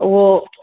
उओ